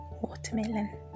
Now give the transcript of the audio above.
watermelon